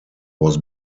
was